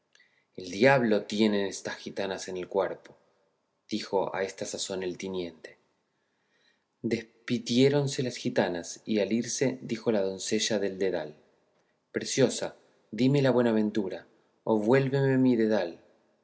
el diablo tienen estas gitanas en el cuerpo dijo a esta sazón el tiniente despidiéronse las gitanas y al irse dijo la doncella del dedal preciosa dime la buenaventura o vuélveme mi dedal